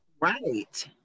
Right